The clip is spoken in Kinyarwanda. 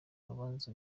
rubanza